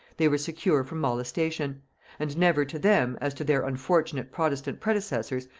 they were secure from molestation and never to them, as to their unfortunate protestant predecessors,